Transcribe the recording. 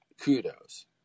kudos